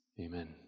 Amen